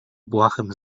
błahym